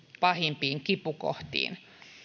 pahimpiin kipukohtiin